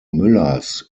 müllers